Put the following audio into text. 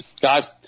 Guys